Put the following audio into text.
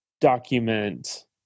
Document